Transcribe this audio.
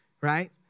right